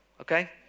okay